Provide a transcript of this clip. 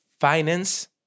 finance